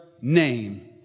name